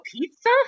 pizza